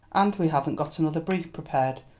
and we haven't got another brief prepared,